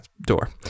door